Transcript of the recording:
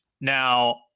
now